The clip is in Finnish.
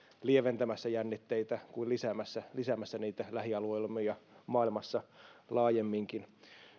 lieventämässä jännitteitä kuin lisäämässä lisäämässä niitä lähialueillamme ja maailmassa laajemminkin